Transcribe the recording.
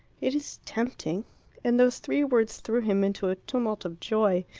it is tempting and those three words threw him into a tumult of joy.